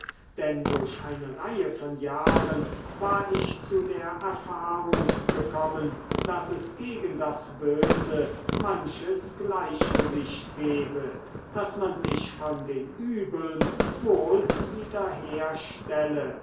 denn durch eine reihe von jahren war ich zu der erfahrung gekommen daß es gegen das böse manches gleichgewicht gebe daß man sich von den übeln wohl